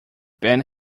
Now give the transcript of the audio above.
band